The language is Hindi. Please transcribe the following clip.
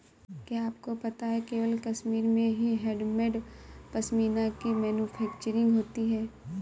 क्या आपको पता है केवल कश्मीर में ही हैंडमेड पश्मीना की मैन्युफैक्चरिंग होती है